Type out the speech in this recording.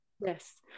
Yes